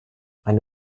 eine